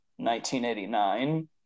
1989